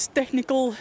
technical